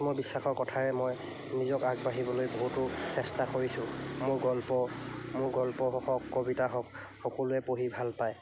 আত্মবিশ্বাসৰ কথাৰে মই নিজক আগবাঢ়িবলৈ বহুতো চেষ্টা কৰিছোঁ মোৰ গল্প মোৰ গল্প হওক কবিতা হওক সকলোৱে পঢ়ি ভাল পায়